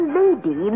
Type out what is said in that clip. lady